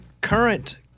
current